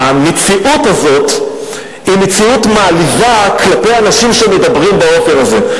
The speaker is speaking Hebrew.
המציאות הזאת היא מציאות מעליבה כלפי אנשים שמדברים באופן הזה.